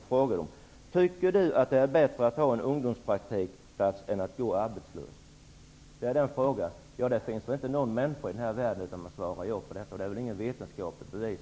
Man frågade: Tycker du att det är bättre att ha en ungdomspraktikplats än att gå arbetslös? Det är den fråga som ställdes. Det finns väl inte någon människa i den här världen som inte hade svarat ja. Detta är i varje fall inte något vetenskapligt bevis.